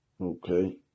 Okay